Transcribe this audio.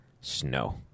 Snow